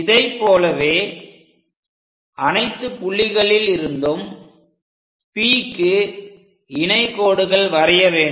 இதைப் போலவே அனைத்து புள்ளிகளில் இருந்தும் Pக்கு இணையாக கோடுகள் வரைய வேண்டும்